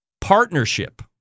partnership